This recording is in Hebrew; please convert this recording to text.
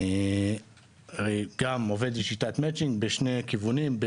הרי גם עובד בשיטת מצ'ינג בשני כיוונים,